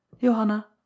Johanna